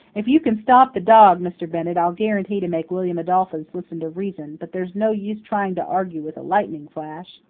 if you can stop the dog, mr. bennett, i'll guarantee to make william adolphus listen to reason, but there's no use trying to argue with a lightning flash.